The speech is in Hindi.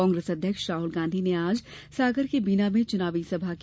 कांग्रेस अध्यक्ष राहुल गांधी ने आज सागर के बीना में चुनावी सभा की